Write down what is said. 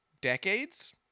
decades